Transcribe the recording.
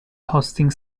hosting